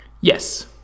Yes